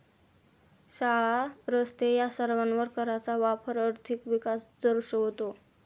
शाळा, रस्ते या सर्वांवर कराचा वापर आर्थिक विकास दर्शवतो